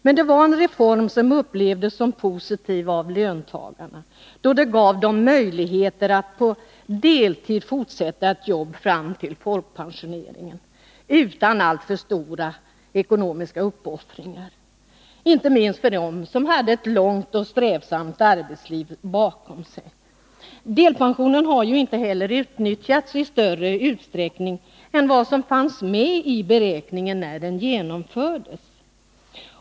Men det var en reform som av löntagarna upplevdes som positiv, då den gav dem möjligheter att på deltid fortsätta ett jobb fram till folkpensioneringen utan alltför stora ekonomiska uppoffringar. Detta gällde inte minst dem som hade ett långt och strävsamt arbetsliv bakom sig. Delpensionen har heller inte utnyttjats i större utsträckning än vad som fanns med i beräkningarna när den genomfördes.